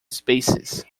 spaces